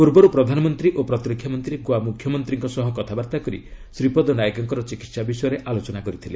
ପୂର୍ବରୁ ପ୍ରଧାନମନ୍ତ୍ରୀ ଓ ପ୍ରତିରକ୍ଷାମନ୍ତ୍ରୀ ଗୋଆ ମୁଖ୍ୟମନ୍ତ୍ରୀଙ୍କ ସହ କଥାବାର୍ତ୍ତା କରି ଶ୍ରୀପଦ୍ ନାଏକଙ୍କର ଚିକିତ୍ସା ବିଷୟରେ ଆଲୋଚନା କରିଥିଲେ